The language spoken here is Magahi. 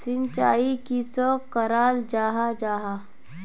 सिंचाई किसोक कराल जाहा जाहा?